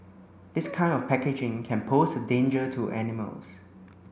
this kind of packaging can pose a danger to animals